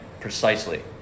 precisely